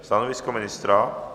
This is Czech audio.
Stanovisko ministra?